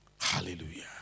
Hallelujah